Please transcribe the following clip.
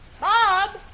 Bob